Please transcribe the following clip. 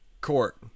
court